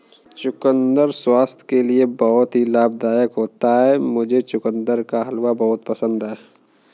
चुकंदर स्वास्थ्य के लिए बहुत ही लाभदायक होता है मुझे चुकंदर का हलवा बहुत पसंद है